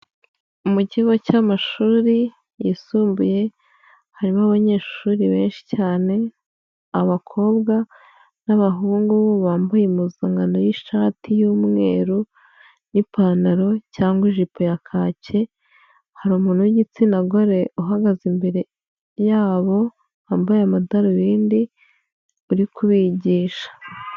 Mu kigo cy'amashuri yisumbuye, harimo abanyeshuri benshi cyane, abakobwa n'abahungu bambaye impuzankan y'ishati y'umweru n'ipantaro cyangwa ijipo ya kake, hari umuntu w'igitsina gore uhagaze imbere yabo wambaye amadarubindi uri kubigisha.